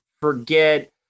forget